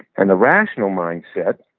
and the rational mindset,